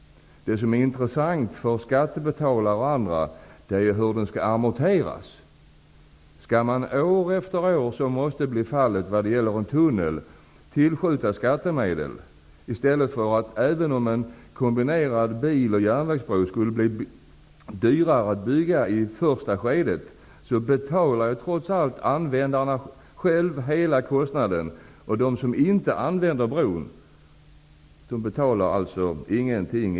Det som är intressant för skattebetalare och andra är hur amorteringen sker. Skall man år efter år tillskjuta skattemedel? Det måste bli fallet vad gäller en tunnel. Även om en kombinerad bil och järnvägsbro skulle bli dyrare att bygga i det första skedet, betalar användarna själva trots allt hela kostnaden. De som inte använder bron betalar alltså ingenting.